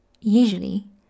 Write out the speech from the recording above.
usually